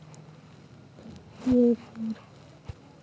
फसल के होय के बाद बीज ला कहां बेचबो?